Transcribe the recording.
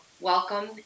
welcome